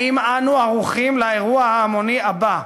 האם אנו ערוכים לאירוע ההמוני הבא?